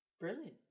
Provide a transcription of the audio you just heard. Brilliant